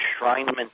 enshrinement